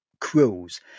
crews